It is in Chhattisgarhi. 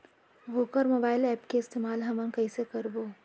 वोकर मोबाईल एप के इस्तेमाल हमन कइसे करबो?